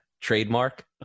trademark